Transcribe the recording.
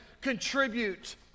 Contribute